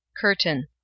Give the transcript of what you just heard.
Curtain